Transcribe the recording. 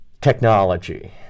technology